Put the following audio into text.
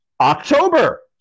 October